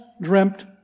dreamt